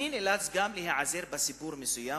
אני נאלץ גם להיעזר בסיפור מסוים,